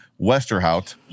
Westerhout